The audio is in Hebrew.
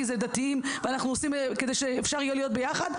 כי אנחנו דתיים וכדי שאפשר יהיה להיות ביחד,